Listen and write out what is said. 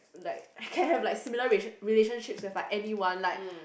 like can have like similar relationships with like anyone like